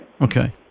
okay